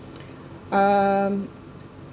um